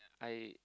I